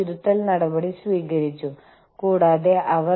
ഞങ്ങളുടെ ജീവിതരീതികൾ വ്യത്യസ്തമായിരുന്നു